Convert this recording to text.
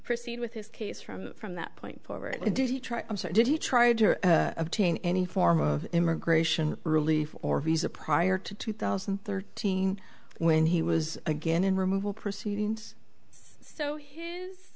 proceed with his case from from that point forward did he try i'm sorry did he try to obtain any form of immigration relief or visa prior to two thousand and thirteen when he was again in removal proceedings so his